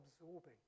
absorbing